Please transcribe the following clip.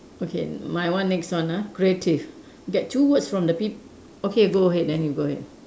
okay my one next one ah creative get two words from the peop~ okay go ahead then you go ahead